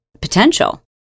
potential